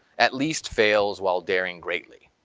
at least fails while daring greatly,